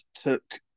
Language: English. took